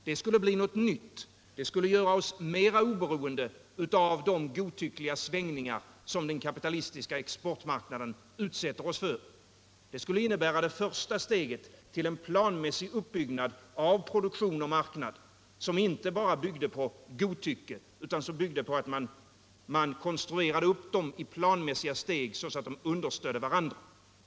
Det skulle bli något nytt, det skulle göra oss mera oberoende av de godtyckliga svängningar som den kapitalistiska exportmarknaden utsätter oss för. Det skulle innebära det första steget till en planmässig uppbyggnad av produktion och marknad, som inte bara byggde på godtycke utan som byggde på att man konstruerade upp dem i planmässiga steg så att de understödde varandra.